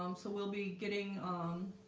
um so we'll be getting um